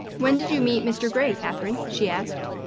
when did you meet mr. gray, katherine? she asked.